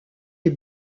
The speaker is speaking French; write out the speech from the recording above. est